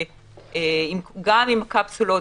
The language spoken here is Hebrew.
גם עם קפסולות,